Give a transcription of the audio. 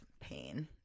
pain